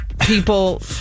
People